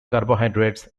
carbohydrates